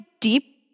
deep